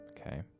Okay